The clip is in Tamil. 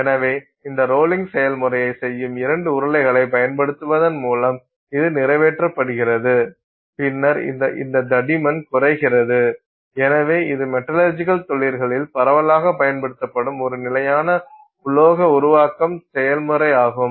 எனவே இந்த ரோலிங் செயல்முறையை செய்யும் இரண்டு உருளைகளைப் பயன்படுத்துவதன் மூலம் இது நிறைவேற்றப்படுகிறது பின்னர் இந்த தடிமன்குறைகிறது எனவே இது மெட்டலர்ஜிகல் தொழில்களில் பரவலாகப் பயன்படுத்தப்படும் ஒரு நிலையான உலோக உருவாக்கும் செயல்முறையாகும்